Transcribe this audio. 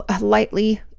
lightly